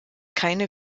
keine